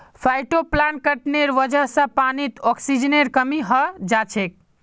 फाइटोप्लांकटनेर वजह से पानीत ऑक्सीजनेर कमी हैं जाछेक